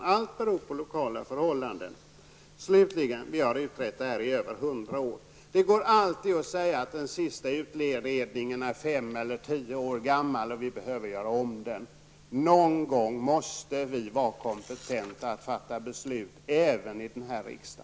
Så allt beror på lokala förhållanden. Slutligen: Vi har utrett frågan nu i över hundra år. Det går alltid att säga att den senaste utredningen är 5--10 år gammal och att vi behöver göra om den. Men någon gång måste vi vara kompetenta att fatta beslut även i denna riksdag.